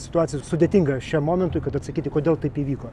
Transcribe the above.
situacija sudėtinga šiam momentui kad atsakyti kodėl taip įvyko